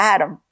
Adam